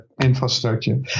infrastructure